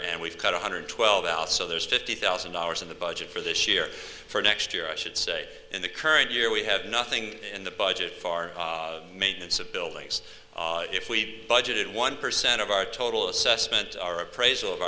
and we've cut one hundred twelve out so there's fifty thousand dollars in the budget for this year for next year i should say in the current year we have nothing in the budget far maintenance of buildings if we budgeted one percent of our total assessment our appraisal of